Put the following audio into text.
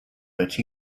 but